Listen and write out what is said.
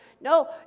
No